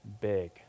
big